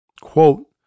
Quote